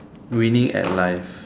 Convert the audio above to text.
winning at life